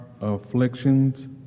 afflictions